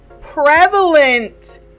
prevalent